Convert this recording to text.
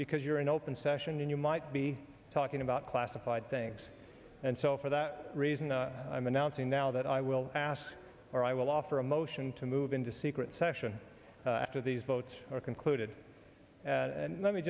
because you're in open session and you might be talking about classified things and so for that reason i'm announcing now that i will pass or i will offer a motion to move into secret session after these votes are concluded and let me